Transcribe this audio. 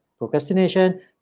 procrastination